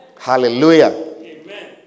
Hallelujah